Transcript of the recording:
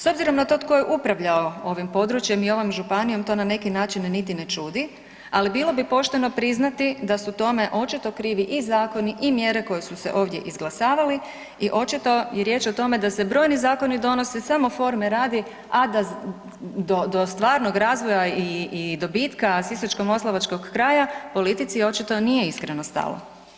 S obzirom na to tko je upravljao ovim područjem i ovom županijom to na neki način niti ne čudi, ali bilo bi pošteno priznati da su tome očito krivi i zakoni i mjere koje su se ovdje izglasavali i očito je riječ o tome da se brojni zakoni donose samo forme radi, a da do stvarnog razvoja i dobitka sisačko-moslavačkog kraja politici očito nije iskreno stalo.